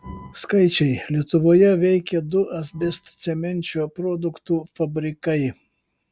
skaičiai lietuvoje veikė du asbestcemenčio produktų fabrikai